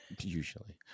Usually